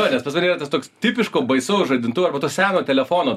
jo nes pas mane yra tas toks tipiško baisaus žadintuvo arba to seno telefono